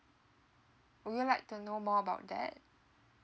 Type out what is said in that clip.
would you like to know more about that